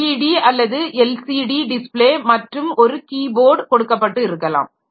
LED அல்லது LCD display மற்றும் ஒரு கீபோர்ட் கொடுக்கப்பட்டு இருக்கலாம்